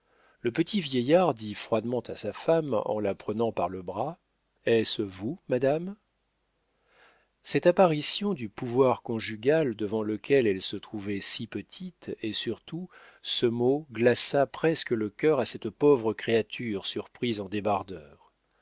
le petit vieillard dit froidement à sa femme en la prenant par le bras est-ce vous madame cette apparition du pouvoir conjugal devant lequel elle se trouvait si petite et surtout ce mot glaça presque le cœur à cette pauvre créature surprise en débardeur